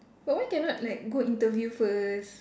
but why cannot like go interview first